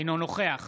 אינו נוכח